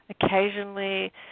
Occasionally